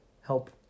help